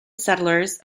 settlers